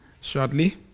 shortly